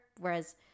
Whereas